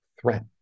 threat